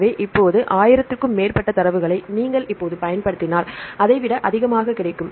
எனவே இப்போது 10000 க்கும் மேற்பட்ட தரவுகளை நீங்கள் இப்போது பயன்படுத்தினால் அதை விட அதிகமாக கிடைக்கும்